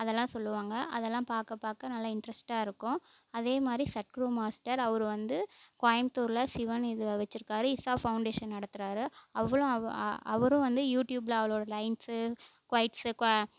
அதெல்லாம் சொல்வாங்க அதெல்லாம் பார்க்க பார்க்க நல்லா இன்ட்ரெஸ்ட்டாக இருக்கும் அதேமாதிரி சத்குரு மாஸ்டர் அவர் வந்து கோயம்புத்தூரில் சிவன் இது வச்சுருக்காரு ஈஷா ஃபௌன்டேஷன் நடத்துகிறாரு அவரும் வந்து யூடியூபில் அவரோட லைன்ஸு கொயிட்ஸ்